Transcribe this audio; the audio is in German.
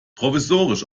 provisorisch